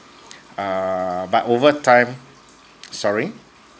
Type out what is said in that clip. err but over time sorry